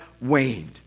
waned